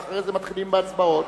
ואחרי זה מתחילים בהצבעות.